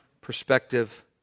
perspective